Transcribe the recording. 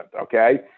okay